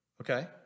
okay